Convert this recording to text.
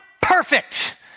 perfect